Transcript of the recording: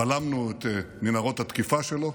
בלמנו את מנהרות התקיפה שלו,